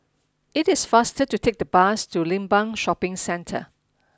it is faster to take the bus to Limbang Shopping Centre